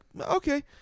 okay